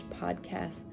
podcast